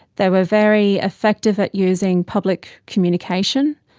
they were very effective at using public communication.